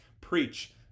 Preach